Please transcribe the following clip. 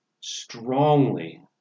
strongly